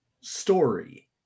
story